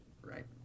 Right